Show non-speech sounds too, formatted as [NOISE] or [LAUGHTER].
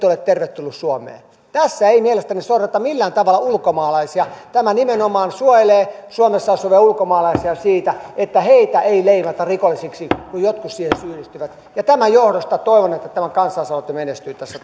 [UNINTELLIGIBLE] ole tervetulleita suomeen tässä ei mielestäni sorreta millään tavalla ulkomaalaisia tämä nimenomaan suojelee suomessa asuvia ulkomaalaisia siltä että heitä ei leimata rikollisiksi kun jotkut siihen syyllistyvät tämän johdosta toivon että tämä kansalaisaloite menestyy tässä [UNINTELLIGIBLE]